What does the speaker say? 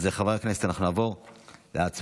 אז חברי הכנסת, נעבור להצבעה